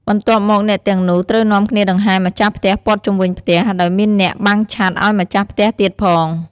បន្ទាប់មកអ្នកទាំងនោះ ត្រូវនាំគ្នាដង្ហែម្ចាស់ផ្ទះព័ទ្ធជុំវិញផ្ទះ ដោយមានអ្នកបាំងឆ័ត្រឱ្យម្ចាស់ផ្ទះទៀតផង។